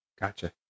Gotcha